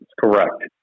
correct